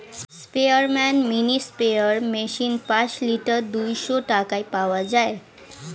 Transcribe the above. স্পেয়ারম্যান mini sprayer machine পাঁচ litre দুইশো টাকায় পাওয়া যায়